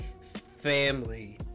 family